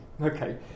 Okay